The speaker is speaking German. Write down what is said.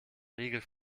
riegel